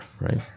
right